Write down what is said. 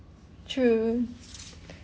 true